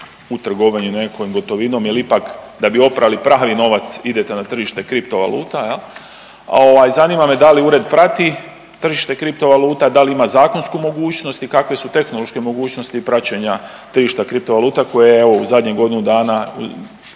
u trgovini nekakvom gotovinom jer ipak, da bi oprali pravi novac idete na tržište kriptovaluta, zanima me dali ured plati tržište kriptovaluta, da li ima zakonsku mogućnost i kakve su tehnološke mogućnosti praćenja tržišta kriptovaluta koje, evo, u zadnjih godina dana